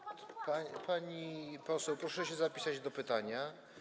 Pani poseł, proszę się zapisać do pytania.